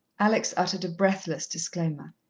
alex uttered a breathless disclaimer.